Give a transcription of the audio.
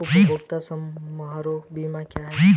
उपयोगिता समारोह बीमा क्या है?